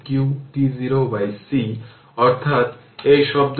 সুতরাং প্রাথমিকভাবে আমরা ধরে নিই I0 10I প্রত্যয় 0